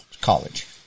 college